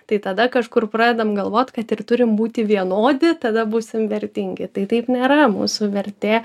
tai tada kažkur pradedam galvot kad ir turim būti vienodi tada būsim vertingi tai taip nėra mūsų vertė